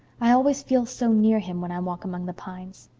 i always feel so near him when i walk among the pines.